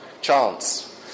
chance